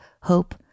hope